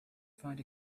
find